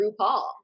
RuPaul